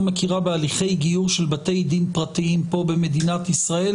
מכירה בהליכי גיור של בתי דין פרטיים פה במדינת ישראל,